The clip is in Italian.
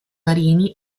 marini